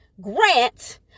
grant